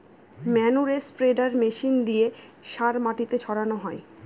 ম্যানুরে spreader machine দিয়ে সার মাটিতে ছড়ানো হয়